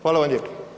Hvala vam lijepa.